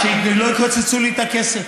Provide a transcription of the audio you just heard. שלא יקצצו לי את הכסף.